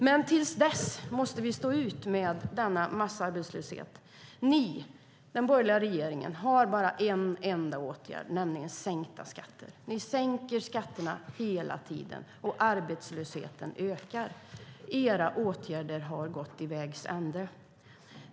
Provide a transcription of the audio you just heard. Men till dess måste vi stå ut med denna massarbetslöshet. Ni i den borgerliga regeringen har bara en enda åtgärd, nämligen sänkta skatter. Ni sänker skatterna hela tiden, och arbetslösheten ökar. Era åtgärder har gått till vägs ände.